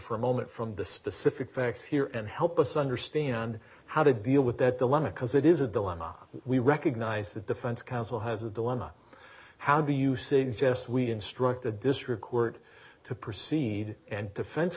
for a moment from the specific facts here and help us understand how to deal with that dilemma because it is a dilemma we recognize that defense counsel has a dilemma how do you suggest we instructed this record to proceed and defense